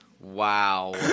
Wow